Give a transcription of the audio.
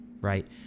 right